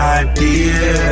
idea